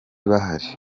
bahari